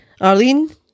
Arlene